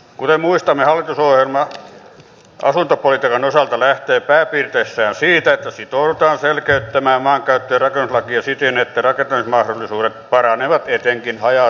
kuten muistamme hallitusohjelma asuntopolitiikan osalta lähtee pääpiirteissään siitä että sitoudutaan selkeyttämään maankäyttö ja rakennuslakia siten että rakentamismahdollisuudet paranevat etenkin haja asutusalueilla